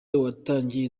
watangije